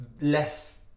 less